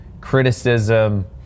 criticism